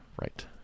Right